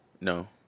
No